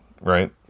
right